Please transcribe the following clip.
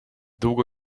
długo